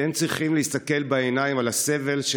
אתם צריכים להסתכל בעיניים על הסבל של